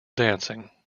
dancing